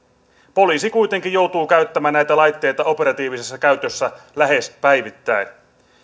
poliisi kuitenkin joutuu käyttämään näitä laitteita operatiivisessa käytössä lähes päivittäin